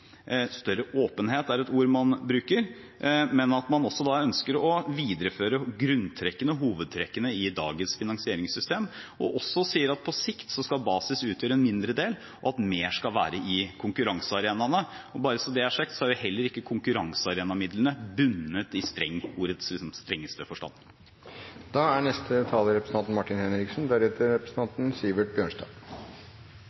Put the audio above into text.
større åpenhet er et ord man bruker – men at man også ønsker å videreføre grunntrekkene og hovedtrekkene i dagens finansieringssystem, og også sier at på sikt skal basis utgjøre en mindre del, og mer skal være i konkurransearenaene. Bare så det er sagt, så er heller ikke konkurransearenamidlene bundet, i ordets strengeste forstand. Det er alltid morsomst å diskutere med Høyre-representanter når de føler seg litt tråkket på tærne. I sitt første innlegg i dag sa representanten